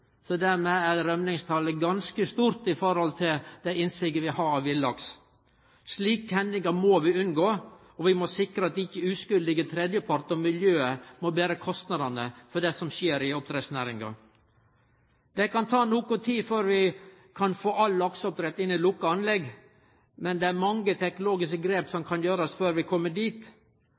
Dermed er rømmingstalet ganske stort i forhold til det innsiget vi har av villaks. Slike hendingar må vi unngå, og vi må sikre at ikkje uskuldige tredjepartar og miljøet må bere kostnadene for det som skjer i oppdrettsnæringa. Det kan ta noka tid før vi kan få all lakseoppdrett inn i lukka anlegg, det er mange teknologiske grep som må takast før vi kjem dit.